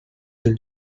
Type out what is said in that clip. del